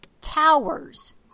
towers